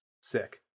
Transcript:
sick